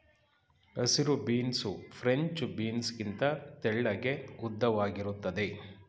ಹಸಿರು beans French beans ಗಿಂತ ತೆಳ್ಳಗೆ ಉದ್ದವಾಗಿರುತ್ತದೆ